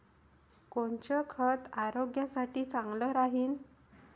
कोनचं खत आरोग्यासाठी चांगलं राहीन?